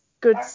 good